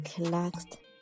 Relaxed